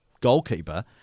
goalkeeper